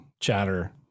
chatter